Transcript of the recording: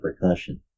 percussion